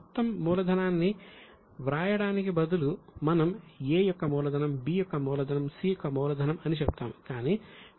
మొత్తం మూలధనాన్ని వ్రాయడానికి బదులుగా మనం A యొక్క మూలధనం B యొక్క మూలధనం C యొక్క మూలధనం అని చెబుతాము